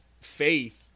faith